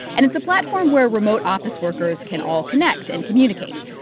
and it's a platform where remote office workers can all connect and communicate.